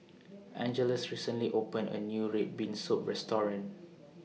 Angeles recently opened A New Red Bean Soup Restaurant